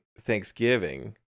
Thanksgiving